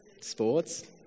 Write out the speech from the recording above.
Sports